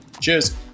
cheers